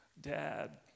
Dad